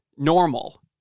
Normal